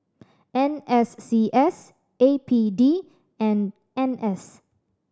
N S C S A P D and N S